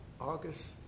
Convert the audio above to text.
August